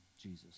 jesus